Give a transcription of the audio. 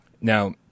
Now